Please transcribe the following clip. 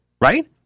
right